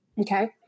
Okay